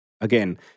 Again